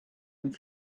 and